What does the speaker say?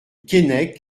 keinec